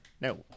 No